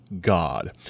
God